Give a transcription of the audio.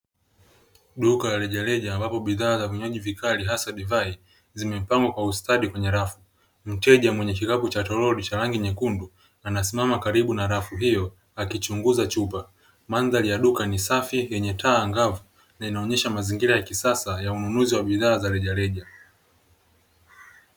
Duka la rejareja ambapo bidhaa za vinywaji vikali hasa divai zilizopangwa kwa ustadi kwenye rafu, mteja mwenye kirago cha toroli chenye rangi nyekundu anasimama karibu na rafu hiyo akichunguza chupa. Mandhari ya duka ni safi yenye taa angavu na inaonyesha mazingira ya kisasa ya ununuzi wa bidhaa za rejareja.